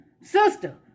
Sister